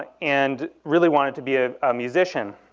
and really wanted to be a ah musician.